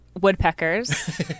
woodpeckers